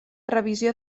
revisió